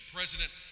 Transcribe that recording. President